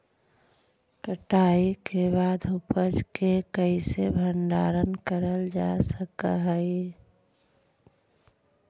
कटाई के बाद उपज के कईसे भंडारण करल जा सक हई?